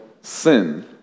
sin